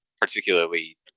particularly